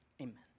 Amen